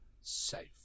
Safe